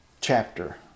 chapter